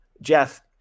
Jeff